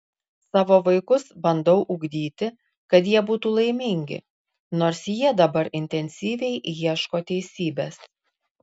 savo vaikus bandau ugdyti kad jie būtų laimingi nors jie dabar intensyviai ieško teisybės